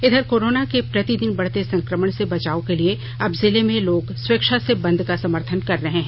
इधर कोरोना के प्रतिदिन बढते संक्रमण से बचाव के लिए अब जिले में लोग स्वेच्छा से बंद का समर्थन कर रहे हैं